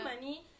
money